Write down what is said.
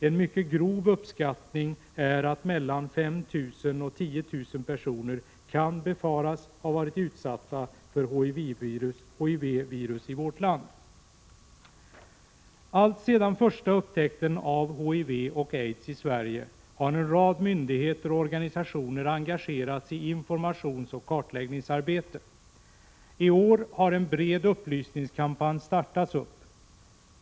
En mycket grov uppskattning är att mellan 5 000 och 10 000 personer kan befaras ha varit utsatta för HIV-virus i vårt land. Alltsedan den första upptäckten av HIV och aids i Sverige har en rad myndigheter och organisationer engagerats i informationsoch kartläggningsarbete. I år har en bred upplysningskampanj startats.